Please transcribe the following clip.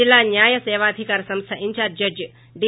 జిల్లా న్యాయ సేవాధికార సంస్ల ఇంచార్షి జడ్షి డీ